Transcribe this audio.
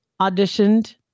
auditioned